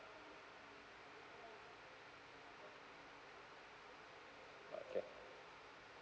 okay